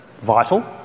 vital